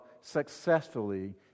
successfully